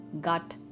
gut